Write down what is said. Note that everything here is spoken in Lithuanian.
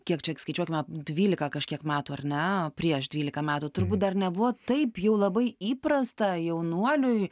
kiek čia skaičiuokime dvylika kažkiek metų ar ne prieš dvylika metų turbūt dar nebuvo taip jau labai įprasta jaunuoliui